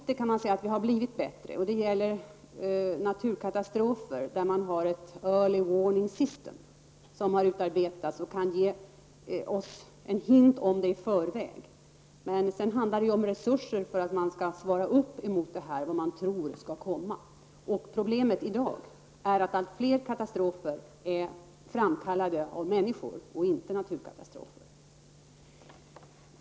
Det har blivit något bättre. Det gäller naturkatastrofer, för vilka man utarbetat ett ''early warning system'', som i förväg kan varna oss om naturkatastrofer. Vidare handlar det om resurser. Problemet i dag är att allt fler katastrofer framkallas av människor, dvs. det är inte fråga om naturkatastrofer.